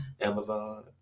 Amazon